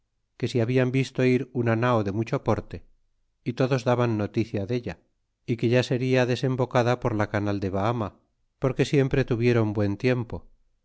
que si habían visto ir una nao de mucho porte y todos daban noticia della y que ya seria desembocada por la canal de bahama porque siempre tuviéron buen tiempo